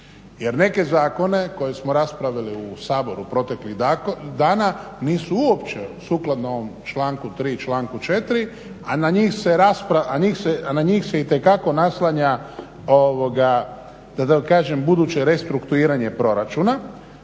jer neke zakone koje smo raspravili u Saboru proteklih dana nisu uopće sukladno ovom članku 3. i članku 4., a na njih se itekako naslanja da tako kažem buduće restrukturiranje proračuna.